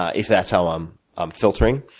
ah if that's how i'm i'm filtering,